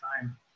time